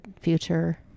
future